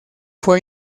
fue